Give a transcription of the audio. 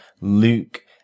Luke